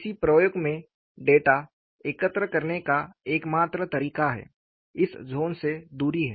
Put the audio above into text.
किसी प्रयोग में डेटा एकत्र करने का एकमात्र तरीका है इस जोन से दुरी है